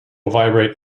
vibrate